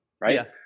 right